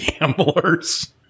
gamblers